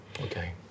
Okay